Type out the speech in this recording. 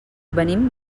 venim